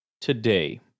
today